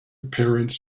parents